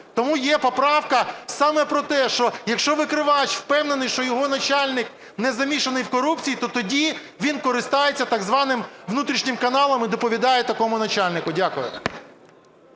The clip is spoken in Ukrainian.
Тому є поправка саме про те, що якщо викривач впевнений, що його начальник не замішаний в корупції, то тоді він скористається так званим внутрішнім каналом і доповідає такому начальнику. Дякую.